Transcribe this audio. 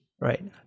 Right